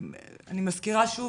אני מזכירה שוב,